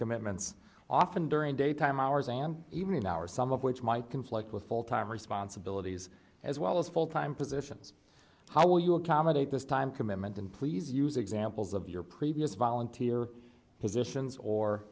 commitments often during daytime hours and evening hours some of which might conflict with full time responsibilities as well as full time positions how will you accommodate this time commitment and please use examples of your previous volunteer positions or